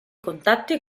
contatti